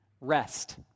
rest